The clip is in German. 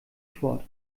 fort